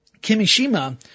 Kimishima